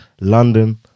London